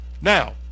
Now